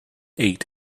ate